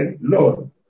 Lord